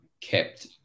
kept